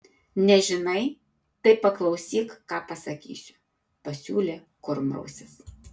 nežinai tai paklausyk ką pasakysiu pasiūlė kurmrausis